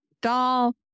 doll